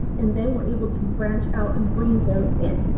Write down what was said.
and then we're able to branch out and bring them in.